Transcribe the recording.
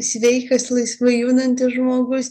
sveikas laisvai judantis žmogus